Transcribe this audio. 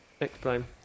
Explain